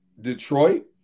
Detroit